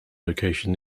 location